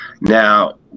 Now